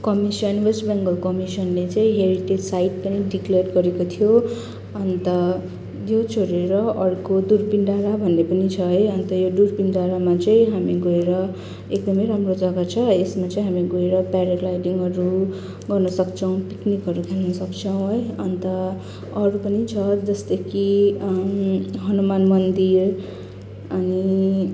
commission West Bengal कमिसनले चाहिँ heritage site पनि डिक्लियर गरेको थियो अन्त यो छोडेर अर्को दुर्पिन डाँडा भन्ने पनि छ है अन्त यो दुर्पिन डाँडामा चाहिँ हामी गएर एकदमै राम्रो जग्गा छ यसमा चाहिँ हामी गएर प्याराग्लाइडिङहरू गर्नसक्छौँ पिकनिकहरू खेल्न सक्छौँ है अन्त अरू पनि जस्तो कि हनुमान मन्दिर अनि